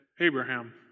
Abraham